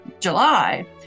July